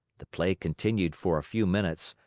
the play continued for a few minutes,